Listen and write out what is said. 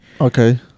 okay